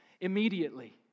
immediately